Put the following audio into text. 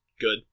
good